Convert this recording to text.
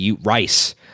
Rice